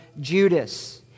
Judas